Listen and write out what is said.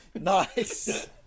Nice